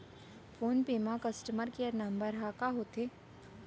Phone पे म customer care number ह का होथे?